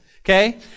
Okay